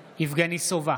סובה,